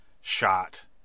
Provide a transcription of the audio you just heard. shot